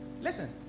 listen